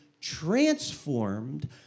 transformed